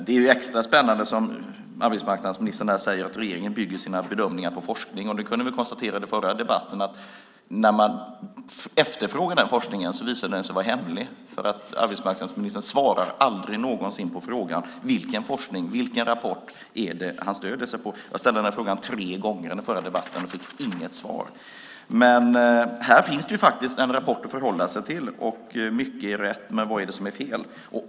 Det är extra spännande när arbetsmarknadsministern säger att regeringen bygger sina bedömningar på forskning. Vi kunde konstatera i den förra debatten att när man efterfrågar den forskningen visar den sig vara hemlig, för arbetsmarknadsministern svarar aldrig någonsin på frågan vilken forskning eller vilken rapport det är han stöder sig på. Jag ställde den frågan tre gånger i den förra debatten och fick inget svar. Här finns det faktiskt en rapport att förhålla sig till. Mycket är rätt, men vad är det som är fel?